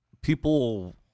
people